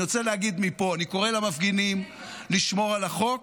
אני רוצה להגיד מפה: אני קורא למפגינים לשמור על החוק,